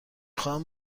خواهم